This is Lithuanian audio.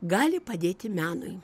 gali padėti menui